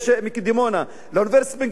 מדימונה לאוניברסיטת בן-גוריון,